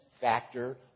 factor